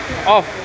off